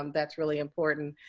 um that's really important.